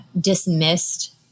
dismissed